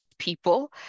people